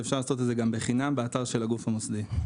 ואפשר לעשות גם בחינם באתר של הגוף המוסדי.